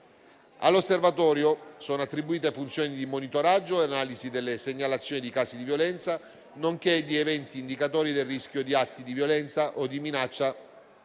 All'osservatorio sono attribuite funzioni di monitoraggio e l'analisi delle segnalazioni di casi di violenza nonché di eventi indicatori del rischio di atti di violenza o di minaccia